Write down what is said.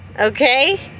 Okay